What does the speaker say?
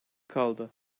kaldı